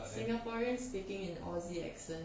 singaporeans speaking in aussie accent